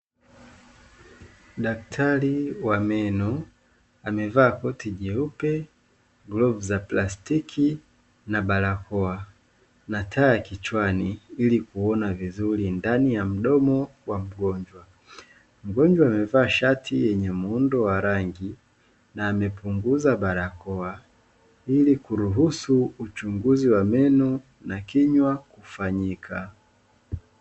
Daktari wa meno amevaa koti jeupe glavu za plastiki na barakoa na taa kichwani ilikuona vizuri ndani ya mdomo wa mgonjwa. Mgonjwa amevaa shati yenye muundo wa rangi na amepunguza barakoa ilikuruhusu uchunguzi wa meno na kinywa kufanyika.